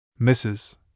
Mrs